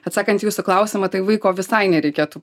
atsakant į jūsų klausimą tai vaiko visai nereikėtų